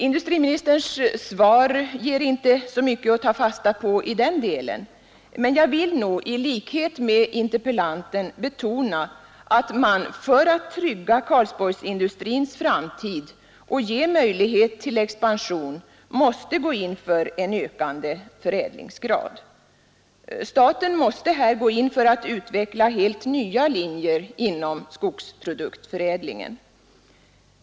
Industriministerns svar ger inte mycket att ta fasta på i den delen men jag vill nog, i likhet med interpellanten, betona att man för att trygga Karlsborgsindustrins framtid och ge möjlighet till expansion måste gå in för en ökande förädlingsgrad. Staten måste här gå in för att utveckla helt nya linjer inom skogsproduktförädlingen.